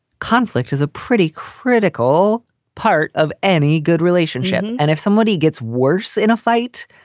conflict is a pretty critical part of any good relationship. and if somebody gets worse in a fight,